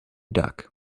duck